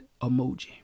emoji